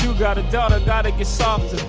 you got a daughter, gotta get softer.